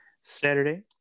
saturday